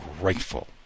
grateful